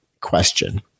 question